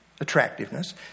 attractiveness